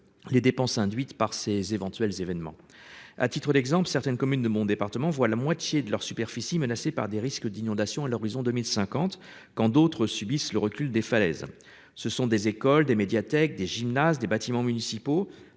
Les dépenses induites par ces éventuels événements. À titre d'exemple, certaines communes de mon département voient la moitié de leur superficie menacée par des risques d'inondations à l'horizon 2050, quand d'autres subissent le recul des falaises, ce sont des écoles, des médiathèques, des gymnases, des bâtiments municipaux